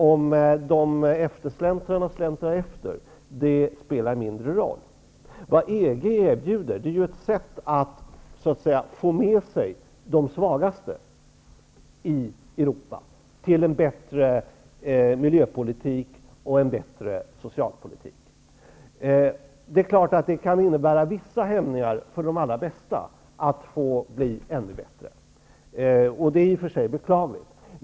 Om eftersläntrarna kommer efter spelar mindre roll. EG erbjuder ju ett sätt att få med sig de svagaste i Europa för att de skall kunna föra en bättre miljöpolitik och en bättre socialpolitik. Det är klart att detta kan innebära vissa hämningar för de allra bästa att kunna bli ännu bättre, vilket i och för sig är beklagligt.